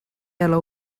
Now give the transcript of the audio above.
ela